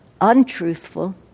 untruthful